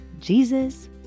Jesus